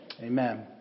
Amen